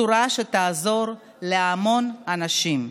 בשורה שתעזור להמון אנשים.